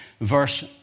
Verse